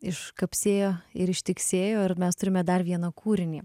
iškapsėjo ir ištiksėjo ir mes turime dar vieną kūrinį